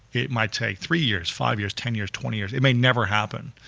it might take three years, five years, ten years, twenty years, it may never happen,